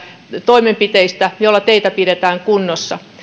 toimenpiteistä joilla teitä pidetään kunnossa